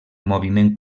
moviment